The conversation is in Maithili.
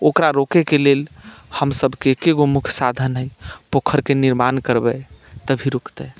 ओकरा रोकयके लेल हमसभके एकेगो मुख्य साधन हइ पोखरिके निर्माण करबै तभी रुकतै